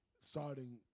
starting